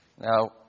Now